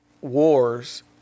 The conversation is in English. wars